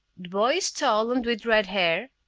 boy is tall and with red hair,